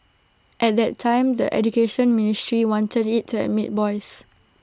at that time the Education Ministry wanted IT to admit boys